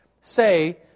say